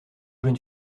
jeune